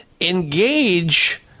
engage